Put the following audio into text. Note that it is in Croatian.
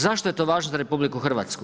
Zašto je to važno za RH?